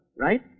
right